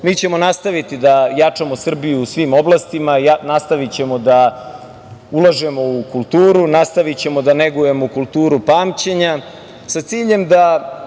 ćemo nastaviti da jačamo Srbiju u svim oblastima, nastavićemo da ulažemo u kulturu, nastavićemo da negujemo kulturu pamćenja, a sa ciljem da